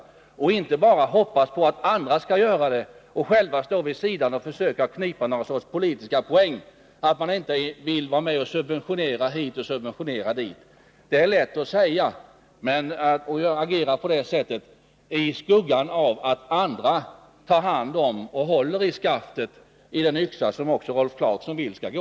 Man skall inte bara hoppas på att andra skall göra någonting och själv stå vid sidan och försöka knipa någon sorts politiska poäng och säga att man inte vill vara med och subventionera hit och dit. Det är lätt att agera på det sättet i skuggan av att andra tar hand om det hela och håller i skaftet på den yxa som också Rolf Clarkson vill skall gå.